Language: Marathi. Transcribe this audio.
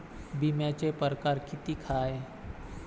बिम्याचे परकार कितीक हाय?